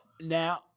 Now –